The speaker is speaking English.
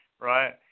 right